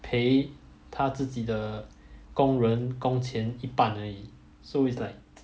赔他自己的工人工钱一半而已 so it's like